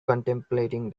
contemplating